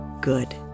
good